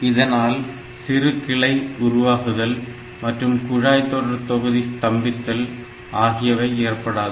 இதனால் சிறு கிளை உருவாக்குதல் மற்றும் குழாய் தொடர் தொகுதி ஸ்தம்பித்தல் ஆகியவை ஏற்படாது